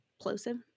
plosive